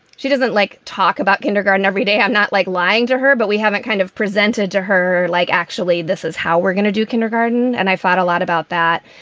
she doesn't, like, talk about kindergarten every day. i'm not, like, lying to her, but we haven't kind of presented to her, like, actually this is how we're going to do kindergarten. and i thought a lot about that.